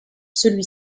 celui